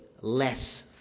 less